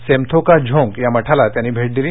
सेमथोका झोंक मठाला त्यांनी भेट दिली